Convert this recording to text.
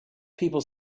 people